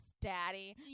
daddy